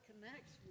connects